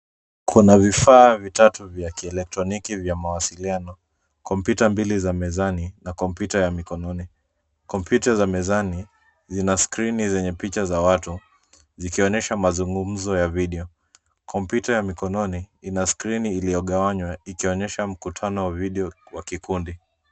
Kuna vifaa vitatu vya kielektoriniki vya mawasiliano, kompyuta mbili za mezani na kompyuta ya mikononi, kompyuta za mezani zina skrini zenye picha za watu zikionyesha mazungumzo ya video kompyuta ya mikononi ina skrini iliyogawanywa ikionyesha mkutano wa video wa kikundi.